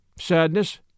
sadness